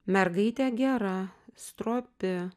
mergaitė gera stropi